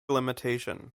limitation